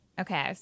Okay